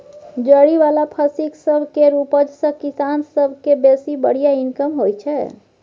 जरि बला फसिल सब केर उपज सँ किसान सब केँ बेसी बढ़िया इनकम होइ छै